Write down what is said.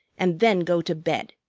and then go to bed.